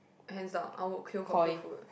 hands down I would queue for good food